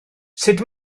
sud